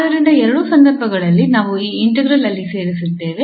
ಆದ್ದರಿಂದ ಎರಡೂ ಸಂದರ್ಭಗಳಲ್ಲಿ ನಾವು ಈ ಇಂಟಿಗ್ರಾಲ್ ಅಲ್ಲಿ ಸೇರಿಸಿದ್ದೇವೆ